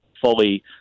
fully